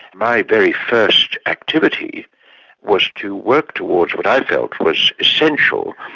my very first activity was to work towards what i felt was essential,